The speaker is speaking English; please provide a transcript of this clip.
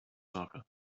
soccer